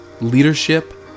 leadership